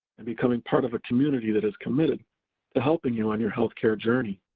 and becoming part of a community that is committed to helping you on your healthcare journey.